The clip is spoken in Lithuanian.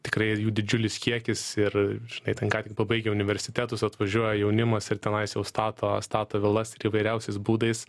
tikrai ir jų didžiulis kiekis ir žinai ten ką tik pabaigę universitetus atvažiuoja jaunimas ir tenais jau stato stato vilas ir įvairiausiais būdais